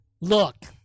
Look